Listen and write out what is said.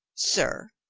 sir,